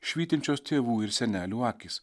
švytinčios tėvų ir senelių akys